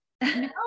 No